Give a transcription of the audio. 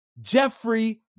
Jeffrey